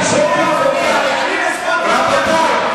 רבותי,